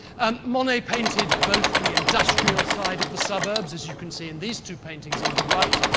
um monet painted both the industrial side of the suburbs, as you can see in these two paintings on the right,